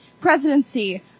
presidency